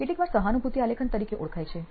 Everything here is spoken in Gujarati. કેટલીકવાર સહાનુભૂતિ આલેખન તરીકે ઓળખાય છે